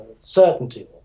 certainty